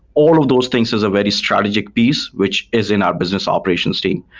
all of those things is a very strategic piece, which is in our business operations team.